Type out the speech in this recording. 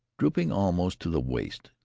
drooping almost to the waist.